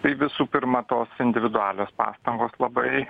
tai visų pirma tos individualios pastangos labai